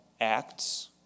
Acts